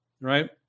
right